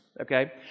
Okay